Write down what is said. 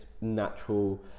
natural